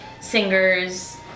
singers